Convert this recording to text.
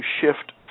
shift